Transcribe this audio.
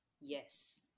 yes